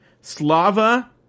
slava